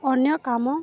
ଅନ୍ୟ କାମ